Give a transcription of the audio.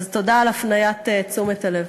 תודה על הפניית תשומת הלב.